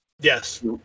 Yes